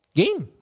game